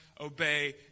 obey